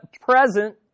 present